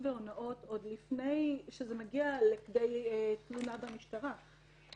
והונאות עוד לפני שזה מגיע לכדי תלונה במשטרה,